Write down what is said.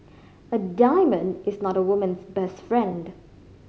a diamond is not a woman's best friend